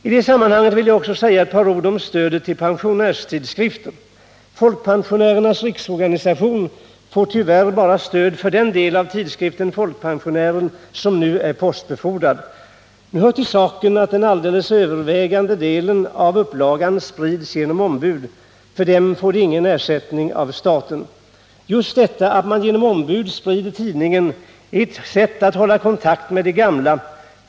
I det sammanhanget vill jag också säga ett par ord om stödet till pensionärstidskriften. Folkpensionärernas Riksorganisation får tyvärr bara stöd för den del av tidskriften Folkpensionären som är postbefordrad. Nu hör det till saken att den alldeles övervägande delen av upplagan sprids genom ombud. För den delen får de ingen betalning av staten. Just detta att man genom ombud sprider tidningen är ett sätt att hålla kontakt med de gamla.